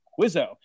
Quizzo